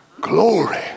glory